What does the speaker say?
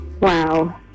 Wow